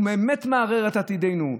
הוא באמת מערער את עתידנו.